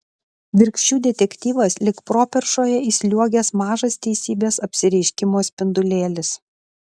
virkščių detektyvas lyg properšoje įsliuogęs mažas teisybės apsireiškimo spindulėlis